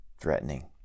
threatening